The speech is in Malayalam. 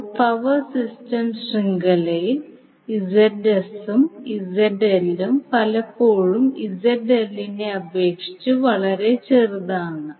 ഇപ്പോൾ പവർ സിസ്റ്റം ശൃംഖലയിൽ Zs ഉം Zl ഉം പലപ്പോഴും ZLനെ അപേക്ഷിച്ച് വളരെ ചെറുതാണ്